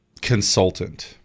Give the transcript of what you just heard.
consultant